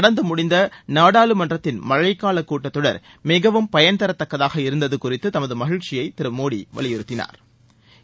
நடந்து முடிந்த நாடாளுமன்றத்தின் மழைக்கால கூட்டத்தொடர் மிகவும் பயன்தர தக்கதாக இருந்தது குறித்து தமது மகிழ்ச்சியை திரு நரேந்திரமோடி வலியுறுத்தினாா்